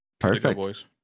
perfect